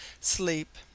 Sleep